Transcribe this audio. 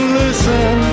listen